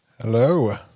Hello